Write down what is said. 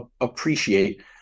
appreciate